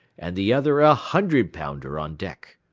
and the other a hundred-pounder on deck.